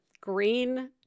green